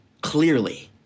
Clearly